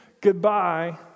goodbye